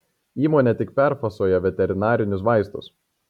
įmonė tik perfasuoja veterinarinius vaistus